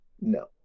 No